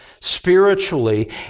spiritually